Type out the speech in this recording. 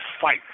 fight